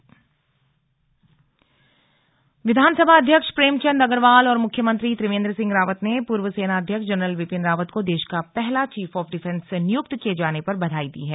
CDS बधाई विधानसभा अध्यक्ष प्रेमचंद अग्रवाल और मुख्यमंत्री त्रिवेन्द्र सिंह रावत ने पूर्व सेना अध्यक्ष जनरल बिपिन रावत को देश का पहला चीफ ऑफ डिफेंस नियुक्त किये जाने पर बधाई दी है